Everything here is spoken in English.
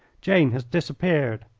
jane has disappeared.